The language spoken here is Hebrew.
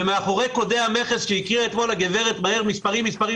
ומאחורי קודי המכס שהקריאה אתמול הגברת מהר מספרים-מספרים